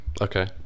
Okay